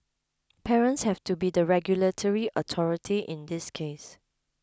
parents have to be the regulatory authority in this case